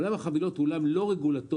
עולם החבילות הוא עולם לא רגולטורי,